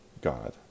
God